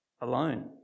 alone